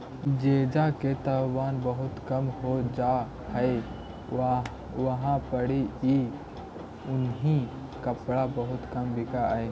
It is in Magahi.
जेजा के तापमान बहुत कम हो जा हई उहाँ पड़ी ई उन्हीं कपड़ा बहुत बिक हई